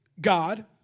God